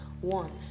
one